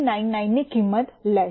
0399 ની કિંમત લેશે